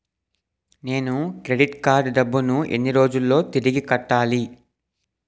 నేను credit card డబ్బును ఎన్ని రోజుల్లో తిరిగి కట్టాలి?